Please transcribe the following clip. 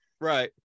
Right